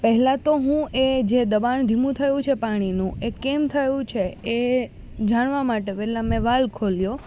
પહેલાં તો હું એ જે દબાણ ધીમું થયું છે પાણીનું એ કેમ થયું છે એ જાણવા માટે પહેલા મેં વાલ ખોલ્યો